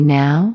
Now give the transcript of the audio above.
now